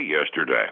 yesterday